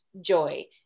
joy